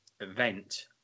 event